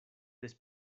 des